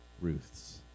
Ruth's